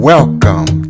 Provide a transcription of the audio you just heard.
Welcome